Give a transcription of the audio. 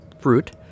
fruit